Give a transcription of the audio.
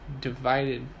divided